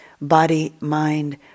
body-mind